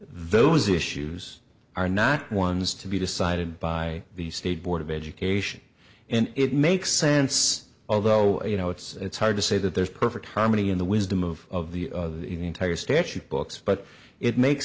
those issues are not ones to be decided by the state board of education and it makes sense although you know it's hard to say that there's perfect harmony in the wisdom of the entire statute books but it makes